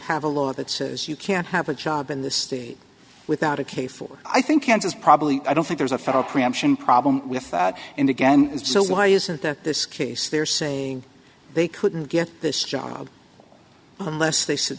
have a law that says you can't have a job in this state without a case for i think kansas probably i don't think there's a federal preemption problem with that and again so why isn't the this case they're saying they couldn't get this job unless